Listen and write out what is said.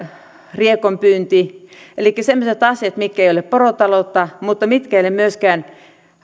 riekonpyyntiä elikkä semmoisia asioita mitkä eivät ole porotaloutta mutta mitkä eivät ole myöskään